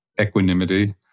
equanimity